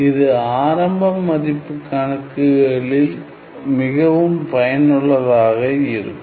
இது ஆரம்ப மதிப்பு கணக்குகளில் மிகவும் பயனுள்ளதாக இருக்கும்